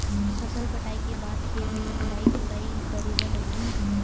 फसल कटाई के बाद खेत ल निंदाई कोडाई करेला लगही?